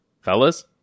Fellas